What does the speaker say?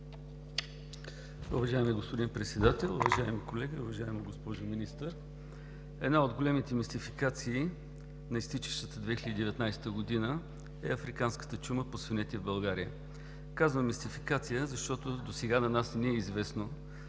Уважаеми господин Председател, уважаеми колеги! Уважаема госпожо Министър, една от големите мистификации на изтичащата 2019 г. е африканската чума по свинете в България. Казвам и мистификация, защото досега на нас не ни е известно